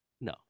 No